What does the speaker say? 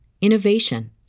innovation